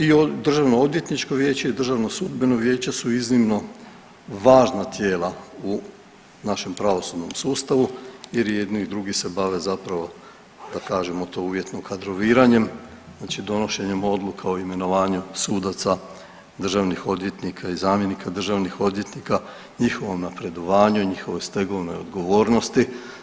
I Državnoodvjetničko vijeće i Državno sudbeno vijeće su iznimno važna tijela u našem pravosudnom sustavu, jer i jedni i drugi se bave zapravo da kažemo to uvjetno kadroviranjem, znači donošenjem odluka o imenovanju sudaca, državnih odvjetnika i zamjenika državnih odvjetnika, njihovom napredovanju, njihovoj stegovnoj odgovornosti.